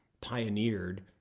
pioneered